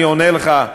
אני עונה לך,